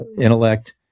intellect